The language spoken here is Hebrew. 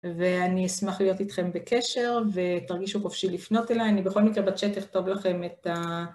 ואני אשמח להיות איתכם בקשר ותרגישו חופשי לפנות אליי, אני בכל מקרה בצ'אט אכתוב לכם את ה...